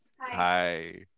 hi